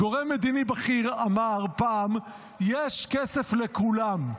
גורם מדיני בכיר אמר פעם שיש כסף לכולם.